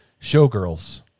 showgirls